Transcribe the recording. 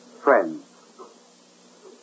Friends